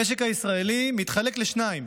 המשק הישראלי מתחלק לשניים: